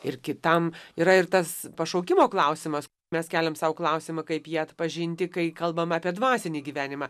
ir kitam yra ir tas pašaukimo klausimas mes keliam sau klausimą kaip jie atpažinti kai kalbam apie dvasinį gyvenimą